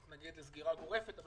מתנגד לסגירה גורפת של ישיבות,